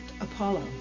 Apollo